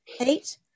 eight